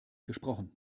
gesprochen